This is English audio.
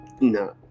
No